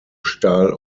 stahl